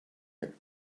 her